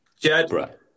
Jed